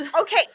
Okay